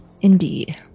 indeed